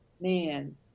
man